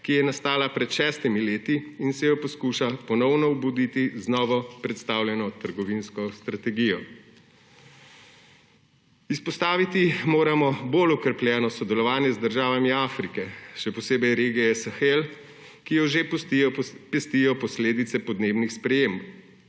ki je nastala pred šestimi leti in se jo poskuša ponovno obuditi z novopredstavljeno trgovinsko strategijo. Izpostaviti moramo bolj okrepljeno sodelovanje z državami Afrike, še posebej regije Sahel, ki jo že pestijo posledice podnebnih sprememb,